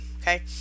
okay